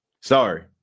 Sorry